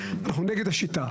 אנחנו נגד השיטה.